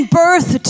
birth